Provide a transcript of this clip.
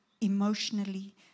emotionally